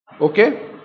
okay